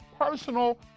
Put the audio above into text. personal